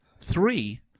three